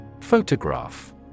Photograph